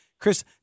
Chris